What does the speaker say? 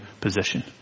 position